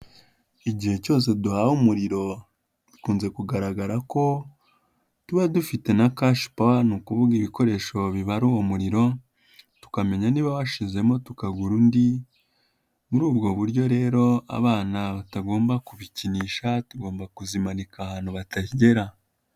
Igihe cyose duhawe umuriro, bikunze kugaragara ko tuba dufite na cashipawa, ni ukuvuga ibikoresho bibara uwo muriro, tukamenya niba washizemo tukagura undi, muri ubwo buryo rero abana batagomba kubikinisha, tugomba kuzimanika ahantu batagera.